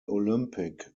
olympic